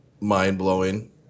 mind-blowing